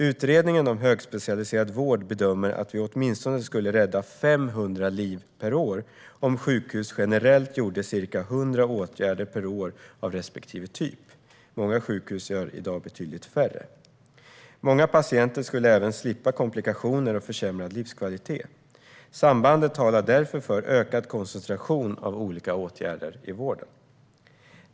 Utredningen om högspecialiserad vård bedömer att vi skulle rädda åtminstone 500 liv per år om sjukhus generellt gjorde ca 100 åtgärder per år av respektive typ. Många sjukhus gör i dag betydligt färre. Många patienter skulle även slippa komplikationer och försämrad livskvalitet. Sambandet talar därför för ökad koncentration av olika åtgärder i vården.